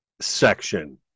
section